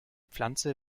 pflanze